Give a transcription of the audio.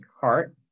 heart